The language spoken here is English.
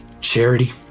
Charity